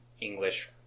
English